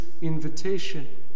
invitation